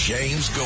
James